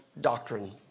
doctrine